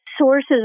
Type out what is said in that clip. sources